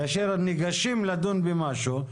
כאשר ניגשים למשהו,